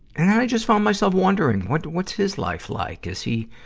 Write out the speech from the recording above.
and i just found myself wondering, what, what's his life like? is he,